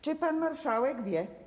Czy pan marszałek wie?